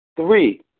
Three